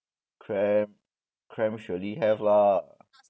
cramp cramp surely have lah